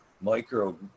micro